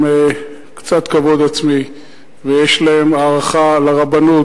קצת כבוד עצמי ויש להם הערכה לרבנות,